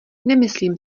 nemyslím